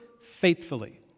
faithfully